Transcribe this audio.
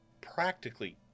practically